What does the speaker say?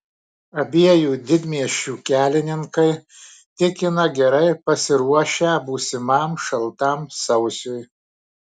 abiejų didmiesčių kelininkai tikina gerai pasiruošę būsimam šaltam sausiui